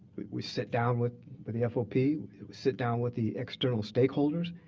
we sit down with but the fop, we sit down with the external stakeholders,